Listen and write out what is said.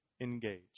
engage